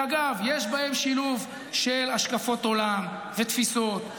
אגב, יש בהם שילוב של השקפות עולם ותפיסות,